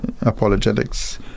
apologetics